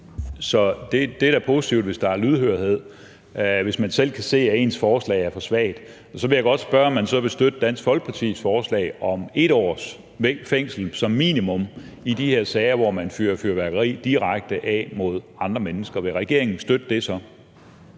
Det er da positivt, hvis der er lydhørhed, hvis man selv kan se, at ens forslag er for svagt. Jeg vil så godt spørge, om man så vil støtte Dansk Folkepartis forslag om 1 års fængsel som minimum i de her sager, hvor nogen fyrer fyrværkeri direkte af mod andre mennesker. Vil regeringen så støtte det?